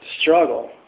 Struggle